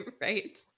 Right